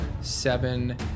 seven